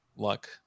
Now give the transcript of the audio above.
Luck